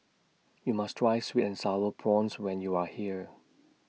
YOU must Try Sweet and Sour Prawns when YOU Are here